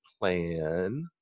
plan